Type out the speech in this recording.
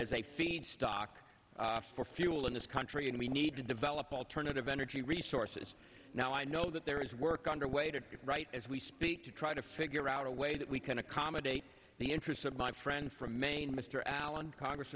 a feedstock for fuel in this country and we need to develop alternative energy resources now i know that there is work underway to write as we speak to try to figure out a way that we can accommodate the interests of my friend from maine mr allen congress